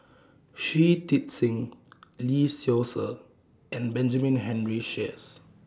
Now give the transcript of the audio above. Shui Tit Sing Lee Seow Ser and Benjamin Henry Sheares